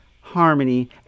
harmony